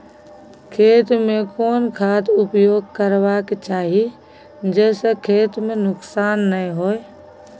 खेत में कोन खाद उपयोग करबा के चाही जे स खेत में नुकसान नैय होय?